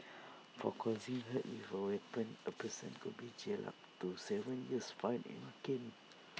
for causing hurt with A weapon A person could be jailed up to Seven years fined and caned